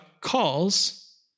calls